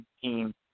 team